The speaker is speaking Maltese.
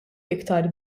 aktar